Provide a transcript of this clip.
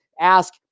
ask